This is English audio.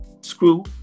screw